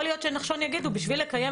יכול להיות שנחשון יגידו שכדי לקיים